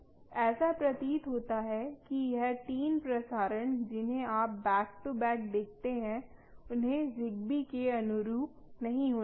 ऐसा प्रतीत होता है कि यह तीन प्रसारण जिन्हें आप बैक टू बैक देखते हैं उन्हें ज़िग्बी के अनुरूप नहीं होना चाहिए